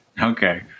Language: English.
Okay